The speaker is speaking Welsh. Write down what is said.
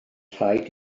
rhaid